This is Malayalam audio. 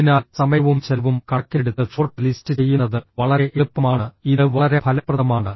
അതിനാൽ സമയവും ചെലവും കണക്കിലെടുത്ത് ഷോർട്ട് ലിസ്റ്റ് ചെയ്യുന്നത് വളരെ എളുപ്പമാണ് ഇത് വളരെ ഫലപ്രദമാണ്